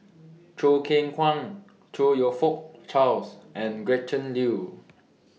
Choo Keng Kwang Chong YOU Fook Charles and Gretchen Liu